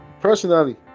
personally